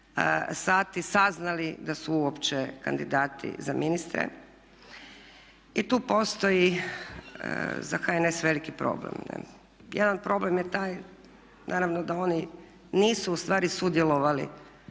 sati saznali da su uopće kandidati za ministre. I tu postoji za HNS veliki problem. Jedan problem je taj, naravno da oni nisu ustvari sudjelovali,